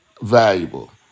valuable